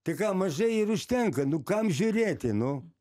tai ką mažai ir užtenka nu kam žiūrėti nu